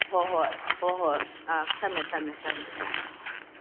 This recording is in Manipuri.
ꯍꯣꯏꯍꯣꯏ ꯍꯣꯏꯍꯣꯏ ꯑꯥ ꯊꯝꯃꯦ ꯊꯝꯃꯦ ꯊꯝꯃꯦ